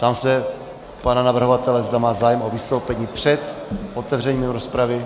Ptám se pana navrhovatele, zda má zájem o vystoupení před otevřením rozpravy.